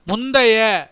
முந்தைய